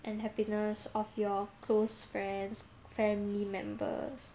and happiness of your close friends family members